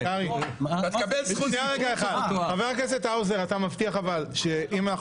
הספירה שלו מתחילה מרגע שהחוק